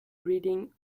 reading